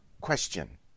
question